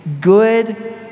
Good